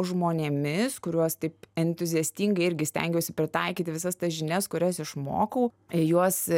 žmonėmis kuriuos taip entuziastingai irgi stengiuosi pritaikyti visas tas žinias kurias išmokau juos